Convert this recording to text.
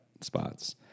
spots